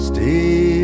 Stay